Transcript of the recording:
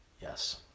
Yes